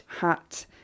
Hat